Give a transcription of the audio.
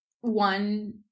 one